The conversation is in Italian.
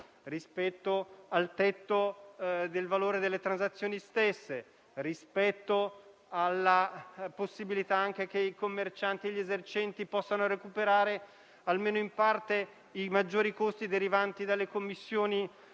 al tetto del valore delle transazioni stesse e alla possibilità che anche i commercianti e gli esercenti recuperino almeno in parte i maggiori costi derivanti dalle commissioni